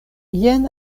jen